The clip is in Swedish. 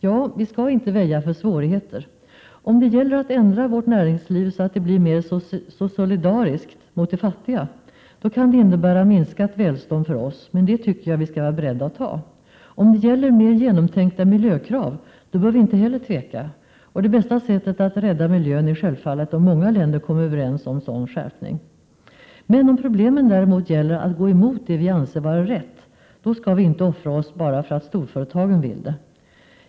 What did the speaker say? Ja, vi skall inte väja för svårigheter. Om det gäller att ändra vårt näringsliv så att det blir mer solidariskt med de fattiga, kan det innebära minskat välstånd för oss, men det tycker jag vi skall vara beredda att ta. Om det gäller mer genomtänkta miljökrav, bör vi inte heller tveka, och det bästa sättet att rädda miljön är självfallet om många länder kommer överens om en sådan skärpning. Men om problemen däremot gäller att gå emot det vi anser vara rätt — då skall vi inte offra oss bara för att storföretagen vill det.